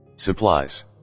Supplies